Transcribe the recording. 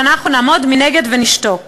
ואנחנו נעמוד מנגד ונשתוק.